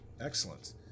excellent